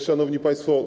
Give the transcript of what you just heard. Szanowni Państwo!